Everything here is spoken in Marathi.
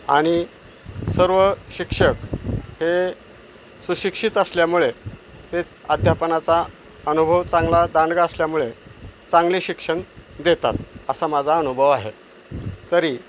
आणि सर्व शिक्षक हे सुशिक्षित असल्यामुळे तेच अध्यापनाचा अनुभव चांगला दांडगा असल्यामुळे चांगले शिक्षण देतात असा माझा अनुभव आहे तरी